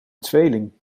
tweeling